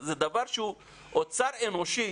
זה דבר שהוא אוצר אנושי